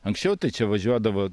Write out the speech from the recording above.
anksčiau tai čia važiuodavo